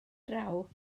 draw